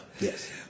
Yes